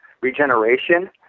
Regeneration